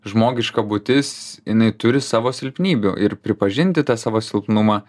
žmogiška būtis jinai turi savo silpnybių ir pripažinti tą savo silpnumą